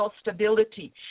stability